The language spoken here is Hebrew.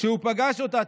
כשהוא פגש אותה,